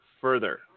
further